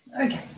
Okay